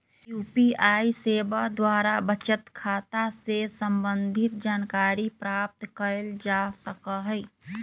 UPI सेवा द्वारा बचत खता से संबंधित जानकारी प्राप्त कएल जा सकहइ